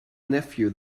nephew